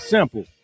Simple